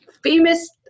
famous